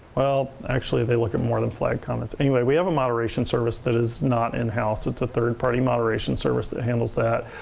well, actually, they look at more than flagged comments. anyway, we have a moderation service that is not in house. it's a third party moderation service that handles that.